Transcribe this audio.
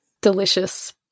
Delicious